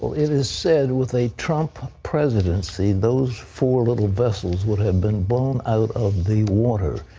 it is said with a trump presidency, those four little vessels would have been blown out of the water.